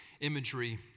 imagery